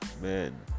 man